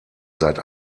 seit